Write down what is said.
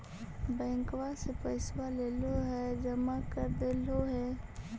बैंकवा से पैसवा लेलहो है जमा कर देलहो हे?